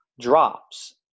drops